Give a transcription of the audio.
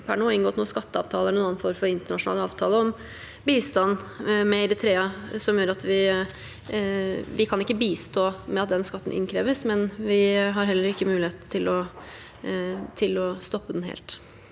per nå ikke inngått noen skatteavtaler eller noen annen form for internasjonal avtale om bistand med Eritrea. Vi kan ikke bistå med at den skatten innkreves, men vi har heller ikke mulighet til å stoppe den helt.